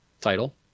title